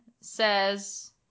says